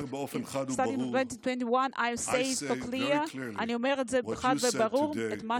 באופן חד וברור (אומר דברים בשפה האנגלית,